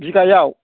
बिघायाव